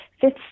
Fifth